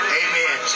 amen